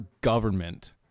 government